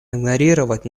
игнорировать